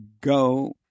go